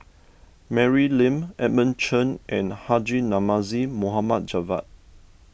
Mary Lim Edmund Chen and Haji Namazie Mohd Javad